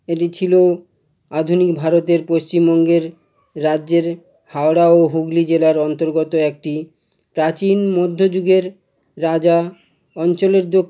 এটি ছিল আধুনিক ভারতের পশ্চিমবঙ্গের রাজ্যের হাওড়া ও হুগলি জেলার অন্তর্গত একটি প্রাচীন মধ্যযুগের রাজা অঞ্চলের